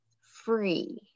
free